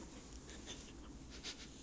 my sister is really the scrub